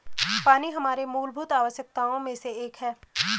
पानी हमारे मूलभूत आवश्यकताओं में से एक है